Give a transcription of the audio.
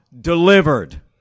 delivered